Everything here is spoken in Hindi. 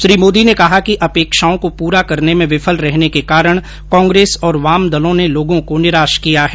श्री मोदी ने कहा कि अपेक्षाओं को पूरा करने में विफल रहने के कारण कांग्रेस और वामदलों ने लोगों को निराश किया है